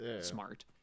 smart